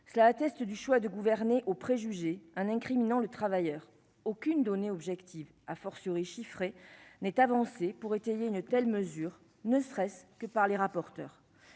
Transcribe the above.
cela atteste du choix de gouverner aux préjugés un incriminant le travailleur aucune donnée objective, a fortiori chiffrée n'est avancée pour étayer une telle mesure ne serait-ce que par les rapporteurs